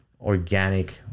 organic